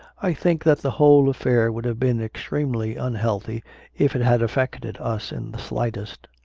i think that the whole affair would have been extremely unhealthy if it had affected us in the slightest.